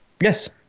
Yes